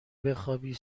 بخوابی